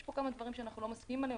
יש פה כמה דברים שאנחנו לא מסכימים עליהם,